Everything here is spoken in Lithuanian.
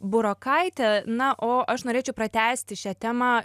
burokaite na o aš norėčiau pratęsti šią temą